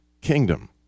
kingdom